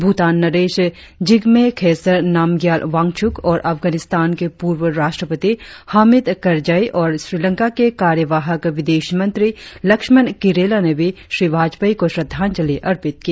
भूटान नरेश जिग्मे खेसर नामग्याल वांगचुक और अफगानिस्तान के पूर्व राष्ट्रपति हामिद करजई और श्रीलंका के कार्यवाहक विदेश मंत्री लक्ष्मण किरैला ने भी श्री वाजपेयी को श्रद्धांजलि अर्पित की